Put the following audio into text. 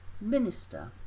minister